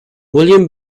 william